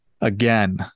again